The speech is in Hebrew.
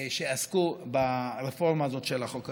שעסקו ברפורמה הזאת של החוק המיוחד.